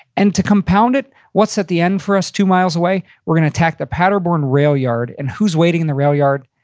and to compound it, what's at the end for us two miles away? we're gonna attack the paderborn rail yard. and who's waiting in the rail yard?